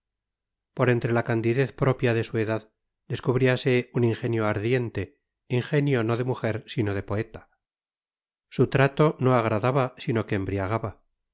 por entre la candidez propia de su edad descubriase un ingenio ardiente ingenio no de mujer sino de poeta su trato no agradaba sino que embriagaba